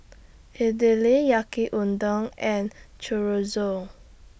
Idili Yaki Udon and Chorizo